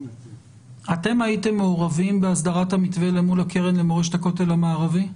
אתם הייתם מעורבים בהסדרת המתווה למול הקרן למורשת הכותל המערבי?